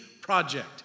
project